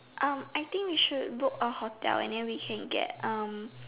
um I think we should book a hotel and then we can get um